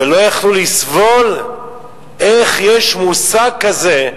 ולא יכלו לסבול איך יש מושג כזה,